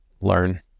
learn